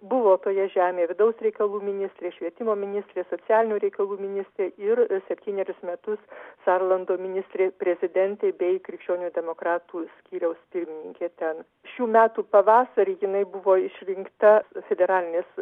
buvo toje žemėje vidaus reikalų ministrė švietimo ministrė socialinių reikalų ministrė ir septynerius metus sarlando ministrė prezidentė bei krikščionių demokratų skyriaus pirmininkė ten šių metų pavasarį jinai buvo išrinkta federalinės